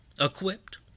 equipped